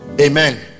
amen